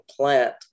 plant